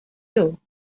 you